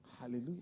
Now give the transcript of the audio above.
Hallelujah